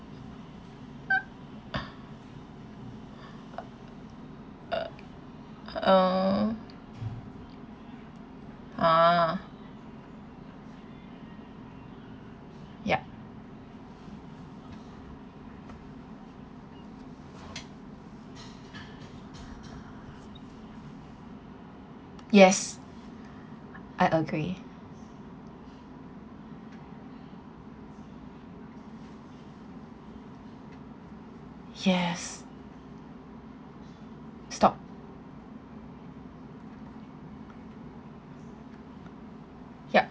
uh ah yup yes I agree yes stop yup